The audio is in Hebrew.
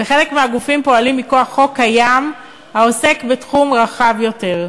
וחלק מהגופים פועלים מכוח חוק קיים העוסק בתחום רחב יותר.